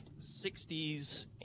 60s